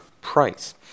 price